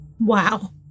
Wow